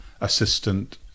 assistant